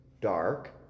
dark